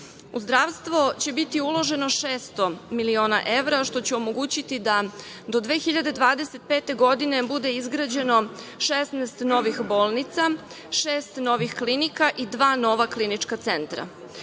zdravstvo će biti uloženo 600 miliona evra, što će omogućiti da do 2025. godine bude izgrađeno 16 novih bolnica, šest novih klinika i dva nova „Klinička centra“.To